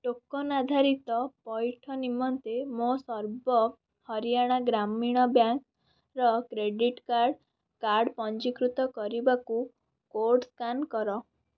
token ଆଧାରିତ ପୈଠ ନିମନ୍ତେ ମୋ ସର୍ବ ହରିୟାଣା ଗ୍ରାମୀଣ ବ୍ୟାଙ୍କର କ୍ରେଡ଼ିଟ୍ କାର୍ଡ଼ କାର୍ଡ଼୍ ପଞ୍ଜୀକୃତ କରିବାକୁ କୋଡ଼୍ ସ୍କାନ୍ କର